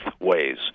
ways